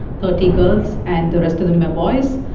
thirty girls, and the rest of them are boys.